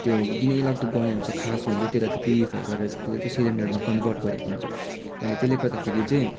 त्यो घिनै लाग्दो गनाउँछ खास हुन्छ त्यसलाई त पिउरिफाइ गरेर चाहिँ त्यसलाई चाहिँ सिलिन्डरमा कन्भर्ट गरेको हुन्छ अन्त त्यसले गर्दा फेरि चाहिँ